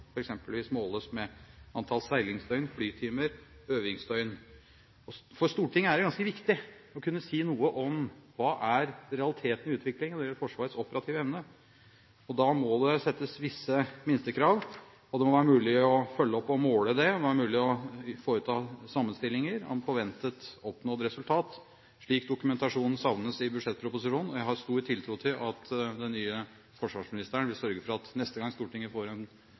eksempelvis måles med antall seilingsdøgn, flytimer og øvingsdøgn. For Stortinget er det ganske viktig å kunne si noe om: Hva er realiteten i utviklingen når det gjelder Forsvarets operative evne? Da må det settes visse minstekrav, og det må være mulig å følge opp og måle det, og det må være mulig å foreta sammenstillinger om forventet oppnådd resultat. Slik dokumentasjon savnes i budsjettproposisjonen. Jeg har stor tiltro til at den nye forsvarsministeren vil sørge for at neste gang Stortinget får en